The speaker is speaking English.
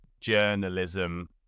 journalism